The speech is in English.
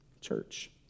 church